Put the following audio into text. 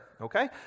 okay